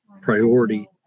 priority